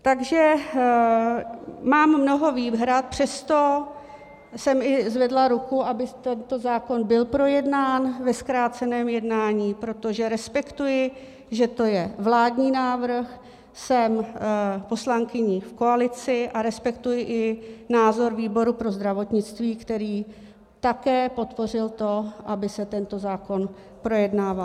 Takže mám mnoho výhrad, přesto jsem i zvedla ruku, aby tento zákon byl projednán ve zkráceném jednání, protože respektuji, že to je vládní návrh, jsem poslankyní v koalici a respektuji i názor výboru pro zdravotnictví, který také podpořil to, aby se tento zákon projednával.